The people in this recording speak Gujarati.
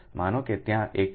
માનો કે ત્યાં એક છે